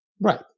Right